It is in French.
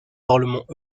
parlement